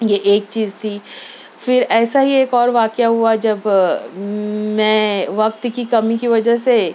یہ ایک چیز تھی پھر ایسا ہی ایک اور واقعہ ہوا جب میں وقت کی کمی کی وجہ سے